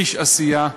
איש עשייה,